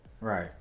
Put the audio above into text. right